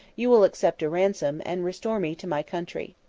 you will accept a ransom, and restore me to my country.